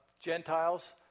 Gentiles